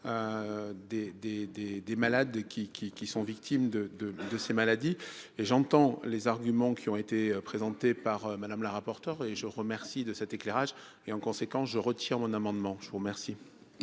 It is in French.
des malades qui qui qui sont victimes de de de ces maladies et j'entends les arguments qui ont été présentées par Madame la rapporteure et je remercie de cet éclairage. Et en conséquence je retire mon amendement, je vous remercie.--